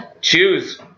Choose